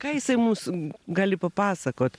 ką jisai mums gali papasakot